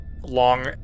long